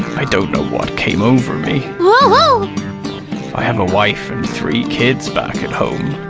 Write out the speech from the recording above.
i don't know what came over me. i have a wife and three kids back at home.